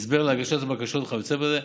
הסבר על הגשת הבקשות וכיוצא בזה.